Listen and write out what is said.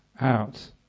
out